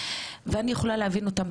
ואני יכולה להבין אותם,